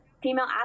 female